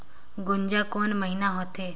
गुनजा कोन महीना होथे?